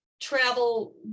travel